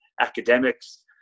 academics